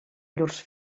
llurs